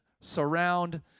surround